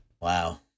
Wow